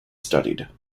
studied